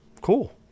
Cool